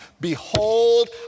Behold